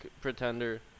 Pretender